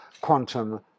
quantum